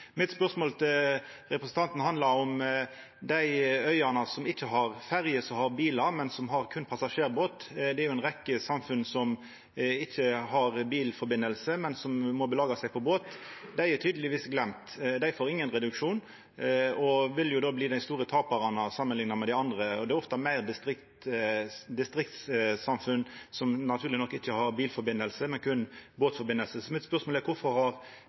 til representanten handlar om dei øyane som ikkje har ferje som tek bilar, men som berre har passasjerbåt. Det er jo ei rekkje samfunn som ikkje har bilsamband, men som må belaga seg på båt. Dei er tydelegvis gløymde. Dei får ingen reduksjon og vil bli dei stor taparane samanlikna med dei andre. Og det er oftare i distrikta det er samfunn som ikkje har bilsamband, men berre båtsamband – naturleg nok. Så mitt spørsmål er: Kvifor har